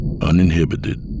uninhibited